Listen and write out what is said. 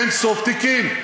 אין-סוף תיקים.